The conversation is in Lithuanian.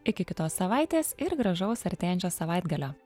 iki kitos savaitės ir gražaus artėjančio savaitgalio